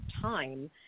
time